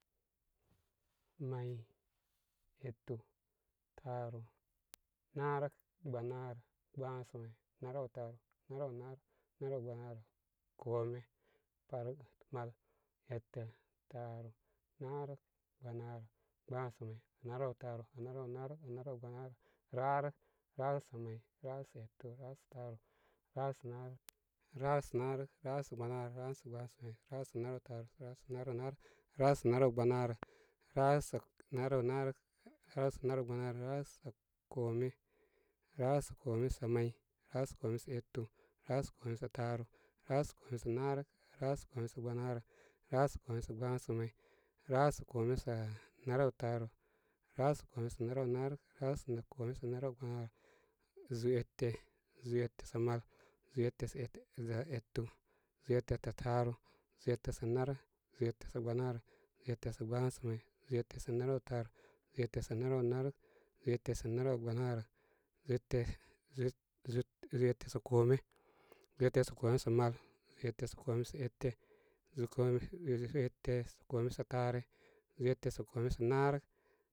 May, etu, taaru, naarək, gbanaarə, gbaasa may, naraw taaru, narawnnaarək, naraw gbanaarə, koome. Mal, etan, taaru, naarək, gbanaarə, gbaasamay, anaraw taaru, anaraw naarək, anaraw gbanaarə, raarək. Raarəksamay, raarək sa etu, raarək sa taaru, raarək sa naarək, raarək sa naarək, raarək sa gbanaarə, raarək sa gbaasamay, raarək sa narawtaaru, raarəksa naraw naarək, raarəksa naraw gbanaarə, raarəksa naraw naarək, raarək naraw gbanaarə, raarək sa kome. Raarək sa ko ame sa may, raarək sakoomesa etu, raarək sakoome sa taaru, raarək sa koome sa naarək, raarək sa gbanaarə, raarək sa koome sa gbaasamay, raarək sa koome sa naraw taaru, raarək sakoome haraw naarək, raarək sa koome sa naraw gbamaarə, zulú ete. Zúú ete sa mal, zúú ete sa etesa etu, zúú ete ta taaru, sa naarək, zúú ete sa gbanaa rə, zúú ete sa gbasa may, zúú ete sa naraw taaru, zúú ete sanarawnaarək, zúú ete, zúú zúú koome. Zúú ete sa koome sa mal, zúú ete sa koomesa ete, zúú koome zúú, ete sa koome sa taare, zúú ete sa koome sa naarək.